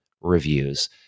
reviews